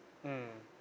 mmhmm